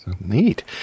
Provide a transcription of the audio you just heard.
Neat